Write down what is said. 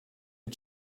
you